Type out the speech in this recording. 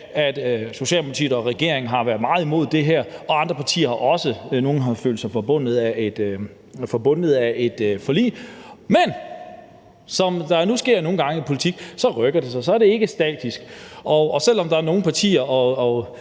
at Socialdemokratiet og regeringen har været meget imod det her, og det har andre partier også; nogle har følt sig for bundet af et forlig. Men som det nu sker nogle gange i politik, rykker det sig; så er det ikke statisk. Og selv om der er nogle partier,